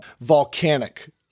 volcanic